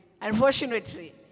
Unfortunately